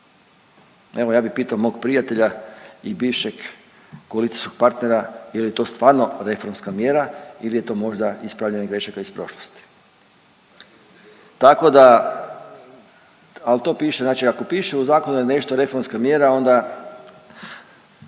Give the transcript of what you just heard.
Evo ja bi pitao mog prijatelja i bivšeg koalicijskog partnera je li to stvarno reformska mjera ili je to možda ispravljanje grešaka iz prošlosti? Tako da…/Upadica iz klupe se ne razumije./…al to piše, znači ako piše u zakonu da je nešto reformska mjera onda